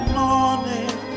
morning